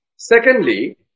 Secondly